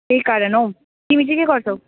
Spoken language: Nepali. त्यही कारण हौ तिमी चाहिँ के गर्छौ